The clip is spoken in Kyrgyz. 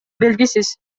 белгисиз